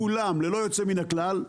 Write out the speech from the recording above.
כולם, ללא יוצא מן הכלל,